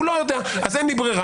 הוא לא יודע ואז אין לי ברירה,